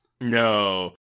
No